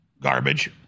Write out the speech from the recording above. garbage